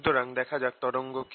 সুতরাং দেখা যাক তরঙ্গ কি